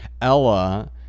Ella